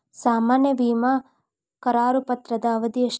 ಸಾಮಾನ್ಯ ವಿಮಾ ಕರಾರು ಪತ್ರದ ಅವಧಿ ಎಷ್ಟ?